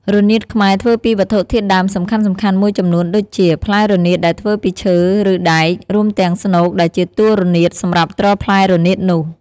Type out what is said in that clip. រនាតខ្មែរធ្វើពីវត្ថុធាតុដើមសំខាន់ៗមួយចំនួនដូចជា ផ្លែរនាតដែលធ្វើពីឈើឬដែក រួមទាំងស្នូកដែលជាតួរនាតសម្រាប់ទ្រផ្លែរនាតនោះ។